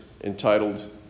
entitled